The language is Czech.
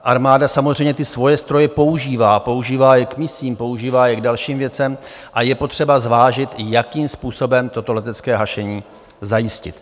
Armáda samozřejmě ty svoje stroje používá, používá je k misím, používá je k dalším věcem a je potřeba zvážit, jakým způsobem toto letecké hašení zajistit.